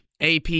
AP